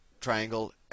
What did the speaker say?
triangle